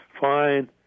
Fine